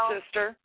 Sister